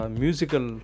musical